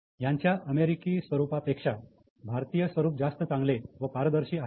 यांच्या अमेरिकी स्वरूपा पेक्षा भारतीय स्वरूप जास्त चांगले व पारदर्शी आहेत